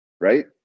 right